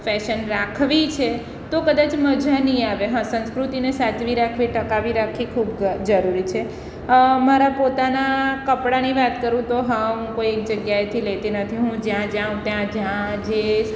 fashion રાખવી છે તો કદાચ મજા નહિ આવે હા સંસ્કૃતિને સાચવી રાખવી ટકાવી રાખવી ખૂબ ગ જરૂરી છે મારા પોતાના કપડાની વાત કરું તો હા હું કોઈ એક જગ્યાએ થી લેતી નથી હું જ્યાં જાઉં ત્યાં જ્યાં જે